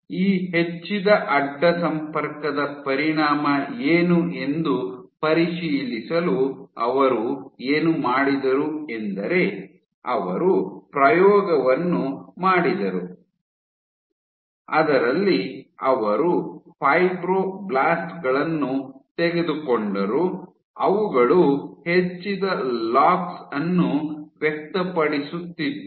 ಈ ಹೆಚ್ಚಿದ ಅಡ್ಡ ಸಂಪರ್ಕದ ಪರಿಣಾಮ ಏನು ಎಂದು ಪರಿಶೀಲಿಸಲು ಅವರು ಪ್ರಯೋಗವನ್ನು ಮಾಡಿದರು ಅದರಲ್ಲಿ ಅವರು ಫೈಬ್ರೊಬ್ಲಾಸ್ಟ್ ಗಳನ್ನು ತೆಗೆದುಕೊಂಡರು ಅವುಗಳು ಹೆಚ್ಚಿದ ಲಾಕ್ಸ್ ಅನ್ನು ವ್ಯಕ್ತಪಡಿಸುತ್ತಿದ್ದವು